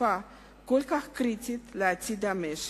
בתקופה כל כך קריטית לעתיד המשק.